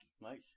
Nice